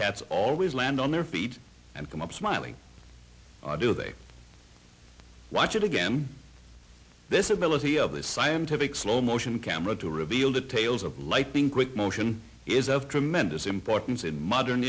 cats always land on their feet and come up smiling do they watch it again this ability of the scientific slow motion camera to reveal details of lightning quick motion is of tremendous importance in modern